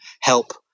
help